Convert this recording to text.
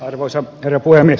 arvoisa herra puhemies